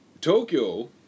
Tokyo